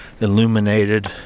illuminated